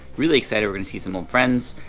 really excited we're gonna see some old friends,